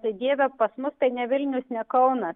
tai dieve pas mus tai ne vilnius ne kaunas